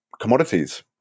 commodities